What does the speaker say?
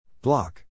Block